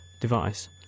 device